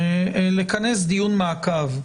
לכנס דיון מעקב.